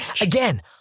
Again